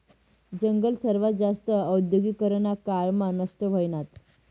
जंगल सर्वात जास्त औद्योगीकरना काळ मा नष्ट व्हयनात